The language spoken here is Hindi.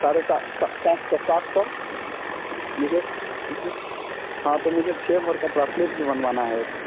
साढ़े सात सौ हाँ तो मुझे छः भर कर एक ब्रासलेट भी बनवाना है एक